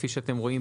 כפי שאתם רואים,